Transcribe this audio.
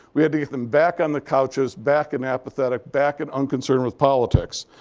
we had to get them back on the couches, back in apathetic, back and unconcerned with politics.